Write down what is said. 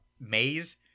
maze